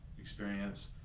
experience